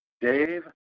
Dave